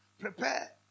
prepare